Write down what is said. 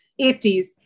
80s